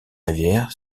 rivière